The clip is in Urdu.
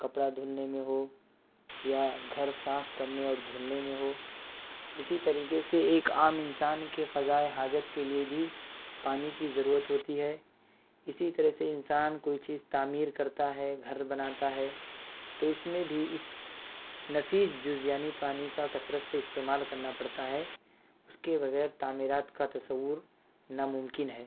کپڑا دھلنے میں ہو یا گھر صاف کرنے اور دھلنے میں ہو اسی طریقے سے ایک عام انسان کے قضائے حاجت کے لیے بھی پانی کی ضرورت ہوتی ہے اسی طرح سے انسان کوئی چیز تعمیر کرتا ہے گھر بناتا ہے تو اس میں بھی اس نفیس جز یعنی پانی كا كثرت سے استعمال کرنا پڑتا ہے اس کے بغیر تعمیرات کا تصور ناممکن ہے